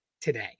today